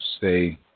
say